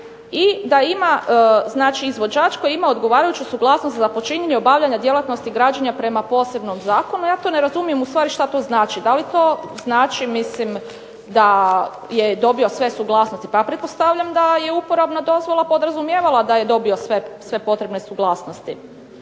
i da ima, znači izvođač koji ima odgovarajuću suglasnost za počinjenje obavljanja djelatnosti građenja prema posebnom zakonu. Ja to ne razumijem ustvari što to znači? Da li to znači mislim da je dobio sve suglasnosti? Pa pretpostavljam da je uporabna dozvola podrazumijevala da je dobio sve potrebne suglasnosti.